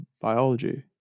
Biology